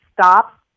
stop